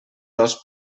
dos